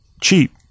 cheap